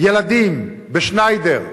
ילדים ב"שניידר",